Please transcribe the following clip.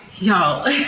Y'all